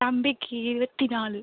தம்பிக்கு இருபத்தி நாலு